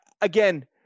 again